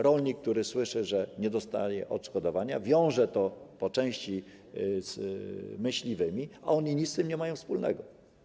Rolnik, który słyszy, że nie dostanie odszkodowania, wiąże to po części z myśliwymi, a oni nie mają z tym nic wspólnego.